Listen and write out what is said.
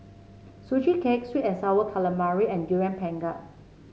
Sugee Cake sweet and sour calamari and Durian Pengat